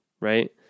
right